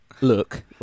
look